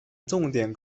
重点